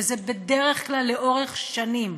וזה בדרך כלל לאורך שנים,